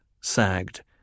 sagged